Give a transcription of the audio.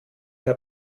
der